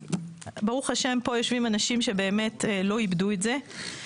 ברוך השם יושבים פה אנשים שבאמת לא איבדו את זה.